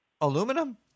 aluminum